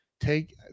take